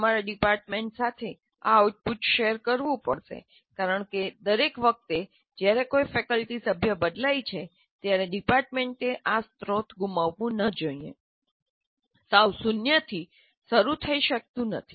તમારે ડિપાર્ટમેન્ટ સાથે આ આઉટપુટ શેર કરવું પડશે કારણ કે દરેક વખતે જ્યારે કોઈ ફેકલ્ટી સભ્ય બદલાય છે ત્યારે ડિપાર્ટમેન્ટે આ સ્ત્રોત ગુમાવવું ન જોઈએ સાવ શૂન્યથી શરૂ થઈ શકતું નથી